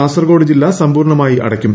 കാസർകോട് ജില്ല സമ്പൂർണ്ണമായി അടയ്ക്കും